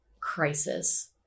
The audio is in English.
crisis